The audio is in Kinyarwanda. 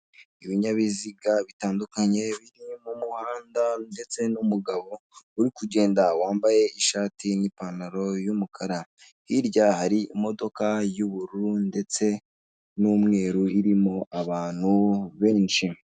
Ibinyabiziga bitandukanye biri mu muhanda ndetse n'umugabo uri kugenda wambaye ishati n'ipantaro y'umukara. Hirya hari imodoka y'ubururu ndetse n'umweru irimo abantu benshi.